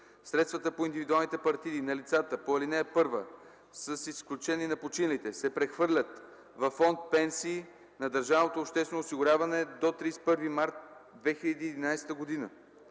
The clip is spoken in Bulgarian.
Средствата по индивидуалните партиди на лицата по ал. 1, с изключение на починалите, се прехвърлят във фонд „Пенсии” на държавното обществено осигуряване до 31 март 2011 г.